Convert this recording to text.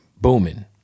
booming